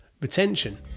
retention